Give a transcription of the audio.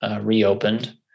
reopened